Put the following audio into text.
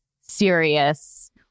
serious